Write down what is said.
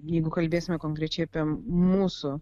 jeigu kalbėsime konkrečiai apie mūsų